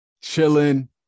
chilling